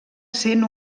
sent